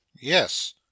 yes